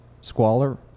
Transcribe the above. squalor